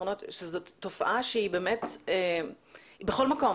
האחרונות שזאת תופעה שהיא באמת בכל מקום.